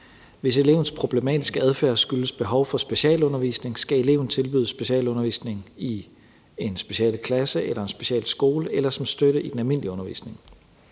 Hvis elevens problematiske adfærd skyldes behov for specialundervisning, skal eleven tilbydes specialundervisning i en specialklasse eller på en specialskole eller som støtte i den almindelige undervisning.